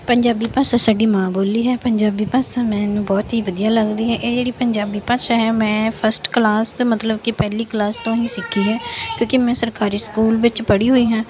ਪੰਜਾਬੀ ਭਾਸ਼ਾ ਸਾਡੀ ਮਾਂ ਬੋਲੀ ਹੈ ਪੰਜਾਬੀ ਭਾਸ਼ਾ ਮੈਨੂੰ ਬਹੁਤ ਹੀ ਵਧੀਆ ਲੱਗਦੀ ਹੈ ਇਹ ਜਿਹੜੀ ਪੰਜਾਬੀ ਭਾਸ਼ਾ ਹੈ ਮੈਂ ਫਸਟ ਕਲਾਸ 'ਚ ਮਤਲਬ ਕਿ ਪਹਿਲੀ ਕਲਾਸ ਤੋਂ ਹੀ ਸਿੱਖੀ ਹੈ ਕਿਉਂਕਿ ਮੈਂ ਸਰਕਾਰੀ ਸਕੂਲ ਵਿੱਚ ਪੜ੍ਹੀ ਹੋਈ ਹਾਂ